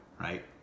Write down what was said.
right